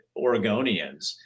Oregonians